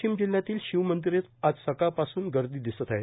वाशिम जिल्हयातील शिव मंदिरात आज सकाळ पासून गर्दी दिसत आहे